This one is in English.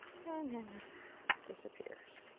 and then this disappears.